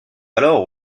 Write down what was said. alors